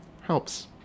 helps